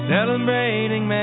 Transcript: Celebrating